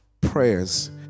prayers